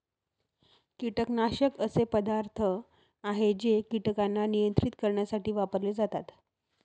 कीटकनाशक असे पदार्थ आहे जे कीटकांना नियंत्रित करण्यासाठी वापरले जातात